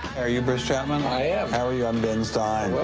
are you bruce chapman? i am. how are you? i'm ben stein.